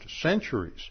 centuries